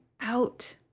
out